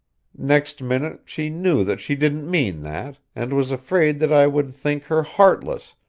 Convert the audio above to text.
next minute she knew that she didn't mean that, and was afraid that i would think her heartless,